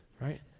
right